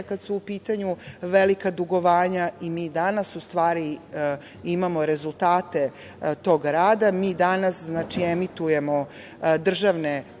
kada su u pitanju velika dugovanja i mi danas, u stvari, imamo rezultata tog rada. Mi danas emitujemo državne